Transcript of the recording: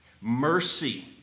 Mercy